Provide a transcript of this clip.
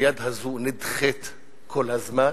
היד הזאת נדחית כל הזמן.